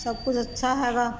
ਸਭ ਕੁਝ ਅੱਛਾ ਹੈਗਾ